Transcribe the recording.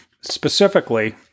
Specifically